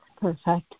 Perfect